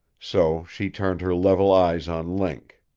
so she turned her level eyes on link.